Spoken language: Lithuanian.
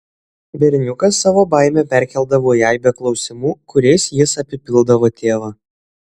berniukas savo baimę perkeldavo į aibę klausimų kuriais jis apipildavo tėvą